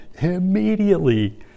Immediately